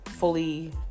fully